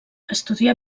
estudià